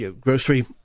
grocery